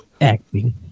Acting